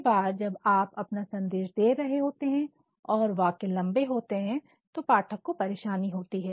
कई बार जब आप अपना संदेश दे रहे होते हैं और वाक्य लंबे होते हैं तो पाठक को परेशानी होती है